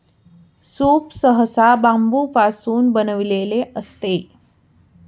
soup सहसा बांबूपासून बनविलेले असते